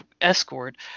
escort